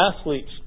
athletes